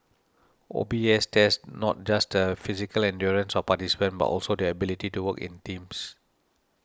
O B S tests not just the physical endurance of participants but also their ability to work in teams